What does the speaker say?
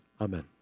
Amen